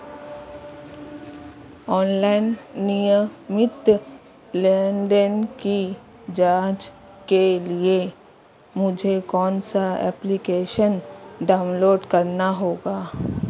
Online नियमित लेनदेन की जांच के लिए मुझे कौनसा एप्लिकेशन डाउनलोड करना होगा?